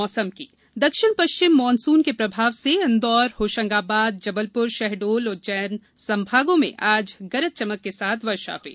मौसम मानसून दक्षिण पश्चिम मॉनसून के प्रभाव से इंदौर होशंगाबाद जबलपुर शहडोल उज्जैन संभागों के जिलों में आज गरज चमक के साथ वर्षा हुई